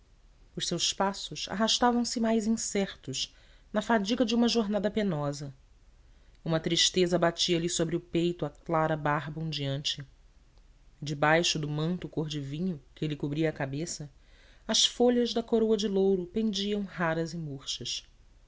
os seus passos arrastavam se mais incertos na fadiga de uma jornada penosa uma tristeza abatia lhe sobre o peito a clara barba ondeante e debaixo do manto cor do vinho que lhe cobria a cabeça as folhas da coroa de louro pendiam raras e murchas